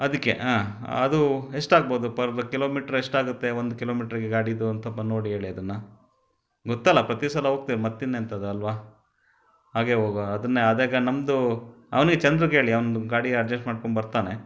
ಅದಕ್ಕೆ ಆಂ ಅದು ಎಷ್ಟಾಗ್ಬೋದು ಪರ್ ಕಿಲೋಮೀಟ್ರ್ ಎಷ್ಟಾಗುತ್ತೆ ಒಂದು ಕಿಲೋಮೀಟ್ರ್ಗೆ ಗಾಡಿದು ಅಂತ ಸೊಲ್ಪ ನೋಡಿ ಹೇಳಿ ಅದನ್ನು ಗೊತ್ತಲ್ಲ ಪ್ರತಿ ಸಲ ಹೋಗ್ತೇವೆ ಮತ್ತಿನ್ನೆಂಥದ್ದು ಅಲ್ಲವಾ ಹಾಗೇ ಹೋಗುವ ಅದನ್ನೇ ಅದೇ ನಮ್ಮದು ಅವ್ನಿಗೆ ಚಂದ್ರುಗೆ ಹೇಳಿ ಅವಂದು ಗಾಡಿ ಅಡ್ಜಸ್ಟ್ ಮಾಡ್ಕೊಂಡ್ಬರ್ತಾನೆ